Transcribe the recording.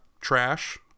trash